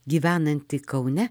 gyvenantį kaune